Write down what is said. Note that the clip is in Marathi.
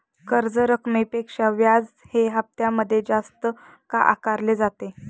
कर्ज रकमेपेक्षा व्याज हे हप्त्यामध्ये जास्त का आकारले आहे?